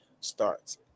starts